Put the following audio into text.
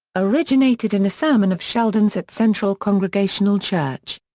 originated in a sermon of sheldon's at central congregational church.